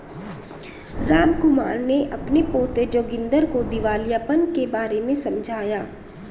रामकुमार ने अपने पोते जोगिंदर को दिवालियापन के बारे में समझाया